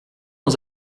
aux